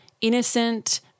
innocent